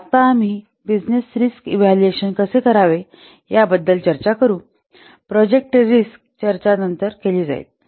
तर आत्ता आम्ही बिजनेस रिस्कचे इव्हॅल्युएशन कसे करावे याबद्दल चर्चा करू प्रोजेक्ट रिस्क ची चर्चा नंतर केली जाईल